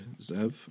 Zev